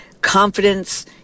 confidence